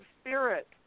spirit